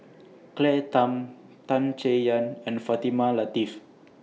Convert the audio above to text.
Claire Tham Tan Chay Yan and Fatimah Lateef